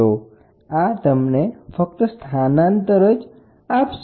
તો આ તમને ફક્ત સ્થાનાંતર જ આપશે